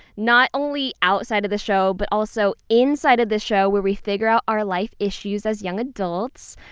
not only outside of the show but also inside of this show where we figure out our life ishssues as young adults.